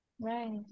Right